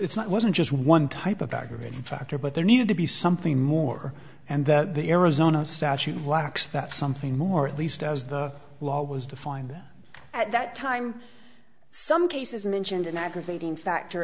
it's not wasn't just one type of aggravating factor but there needed to be something more and that the arizona statute blacks that something more at least as the law was to find that at that time some cases mentioned an aggravating factor